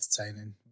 entertaining